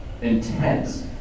intense